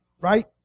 right